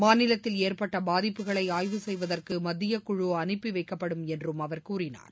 மாநிலத்தில் ஏற்பட்ட பாதிப்புகளை ஆய்வு செய்வதற்கு மத்திய குழு அனுப்பி வைக்கப்படும் என்றும் அவர் கூறினார்